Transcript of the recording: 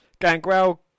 Gangrel